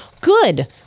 good